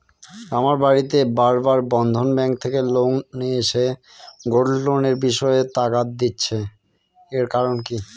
আমার বাড়িতে বার বার বন্ধন ব্যাংক থেকে লোক এসে গোল্ড লোনের বিষয়ে তাগাদা দিচ্ছে এর কারণ কি?